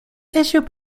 issued